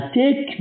take